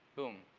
boom.